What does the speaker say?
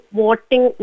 voting